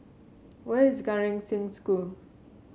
where is Gan Eng Seng School